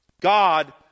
God